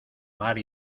mar